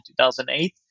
2008